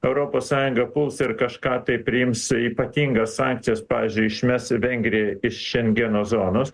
europos sąjunga puls ir kažką tai priims ypatingas sankcijas pavyzdžiui išmes vengriją iš šengeno zonos